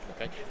Okay